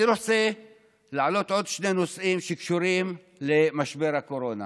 אני רוצה להעלות עוד שני נושאים שקשורים למשבר קורונה.